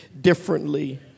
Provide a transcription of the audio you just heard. differently